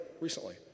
recently